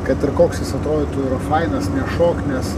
kad ir koks jis atrodytų yra fainasos nešok nes